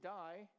die